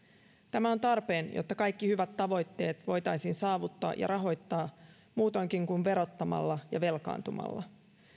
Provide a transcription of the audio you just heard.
tämä on tarpeen jotta kaikki hyvät tavoitteet voitaisiin saavuttaa ja rahoittaa muutoinkin kuin verottamalla ja velkaantumalla